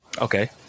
okay